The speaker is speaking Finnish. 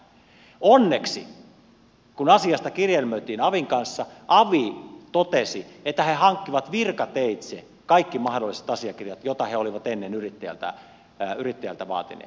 onneksi kun asiasta kirjelmöitiin avin kanssa avi totesi että he hankkivat virkateitse kaikki mahdolliset asiakirjat joita he olivat ennen yrittäjältä vaatineet